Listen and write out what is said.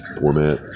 format